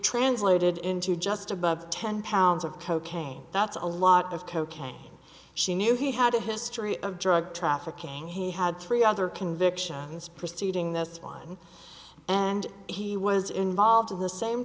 translated into just above ten pounds of cocaine that's a lot of cocaine she knew he had a history of drug trafficking he had three other convictions preceding this one and he was involved in the same